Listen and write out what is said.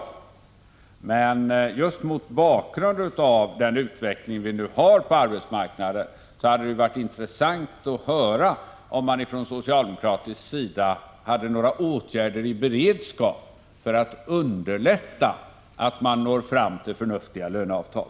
Just mot bakgrund av den utveckling som vi har på arbetsmarknaden hade det varit intressant att höra om man inom socialdemokratin har några åtgärder i beredskap för att underlätta för parterna att nå fram till förnuftiga löneavtal.